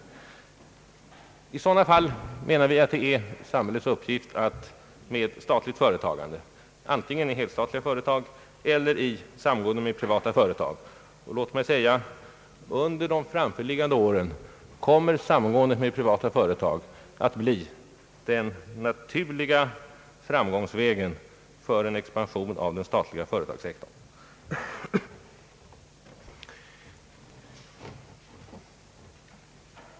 Vi menar att det i sådana fall är samhällets uppgift att sätta in statligt företagande, antingen genom helstatliga företag eller i form av samgående med privata företag. Under de framförliggande åren kommer i många fall samgående med privata företag att bli den naturliga framgångsvägen för expansion av den statliga företagssektorn.